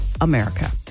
America